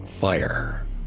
Fire